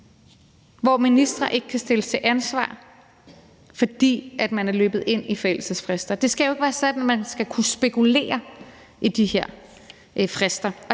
hvor ministre ikke kan stilles til ansvar, fordi man er løbet ind i forældelsesfrister. Det skal jo ikke være sådan, at man skal kunne spekulere i de her frister,